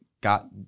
got